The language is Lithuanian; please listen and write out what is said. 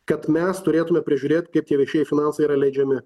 kad mes turėtume prižiūrėt kaip tie viešieji finansai yra leidžiami